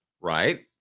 Right